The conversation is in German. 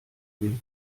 will